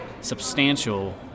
substantial